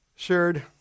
shared